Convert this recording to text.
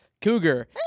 Cougar